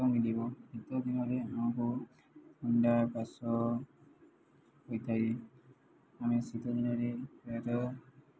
ମିଳିବ ଶୀତ ଦିନରେ ଆମକୁ ଥଣ୍ଡା କାଶ ହୋଇଥାଏ ଆମେ ଶୀତ ଦିନରେ ପ୍ରାୟତଃ